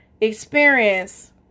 experience